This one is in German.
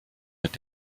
mit